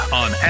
on